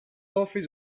office